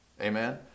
amen